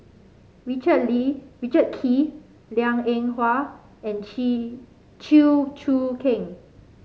Richard Richard Kee Liang Eng Hwa and Chew Choo Keng